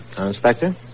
Inspector